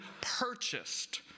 purchased